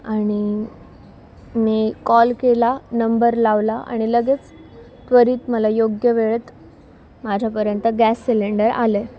आणि मी कॉल केला नंबर लावला आणि लगेच त्वरत मला योग्य वेळेत माझ्यापर्यंत गॅस सिलेंडर आले